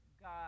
God